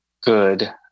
good